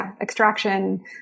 extraction